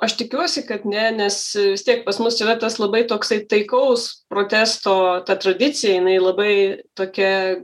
aš tikiuosi kad ne nes vis tiek pas mus yra tas labai toksai taikaus protesto ta tradicija jinai labai tokia